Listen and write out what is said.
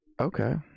Okay